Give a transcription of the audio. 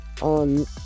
on